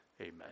amen